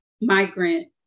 migrant